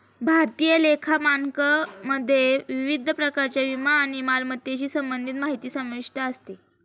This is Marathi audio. भारतीय लेखा मानकमध्ये विविध प्रकारच्या विमा आणि मालमत्तेशी संबंधित माहिती समाविष्ट असते